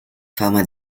fama